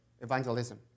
evangelism